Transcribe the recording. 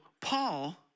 Paul